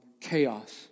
chaos